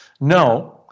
No